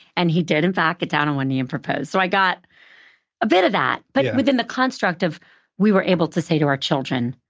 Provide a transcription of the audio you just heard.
and he did, in fact, get down on one knee and propose. so i got a bit of that, but within the construct of we were able to say to our children,